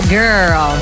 girl